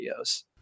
videos